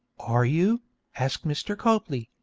are you asked mr. copley,